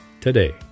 today